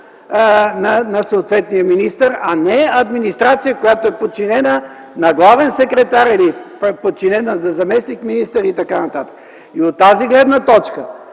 на съответния министър, а не администрация, която е подчинена на главен секретар, на заместник-министър и така нататък. От тази гледна точка